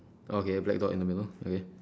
okay black dot in the middle okay